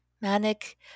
Manic